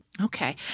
Okay